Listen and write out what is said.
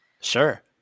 sure